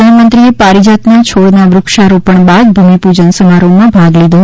પ્રધાનમંત્રીએ પરિજાતના છોડના વૃક્ષારોપણ બાદ ભૂમિપૂજન સમારોહમાં ભાગ લીધો